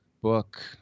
book